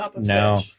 No